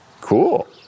Cool